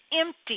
empty